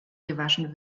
gewaschen